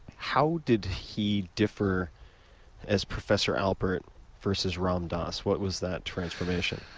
how did he differ as professor albert versus ram dass? what was that transformation?